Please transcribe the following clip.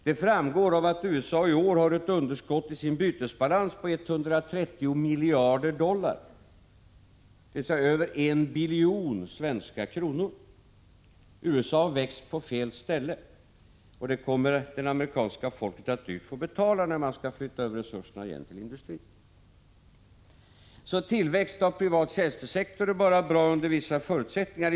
Det framgår av att USA i år har ett underskott i sin bytesbalans på 130 miljarder dollar, dvs. över en biljon svenska kronor. USA har växt på fel ställe, och det kommer det amerikanska folket att dyrt få betala när man skall flytta över resurserna igen till industrin. Tillväxt av privat tjänstesektor är alltså bra bara under vissa förutsättningar.